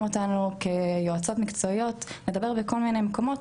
אותנו כיועצות מקצועיות לדבר בכל מיני מקומות,